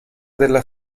della